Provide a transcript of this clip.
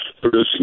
producing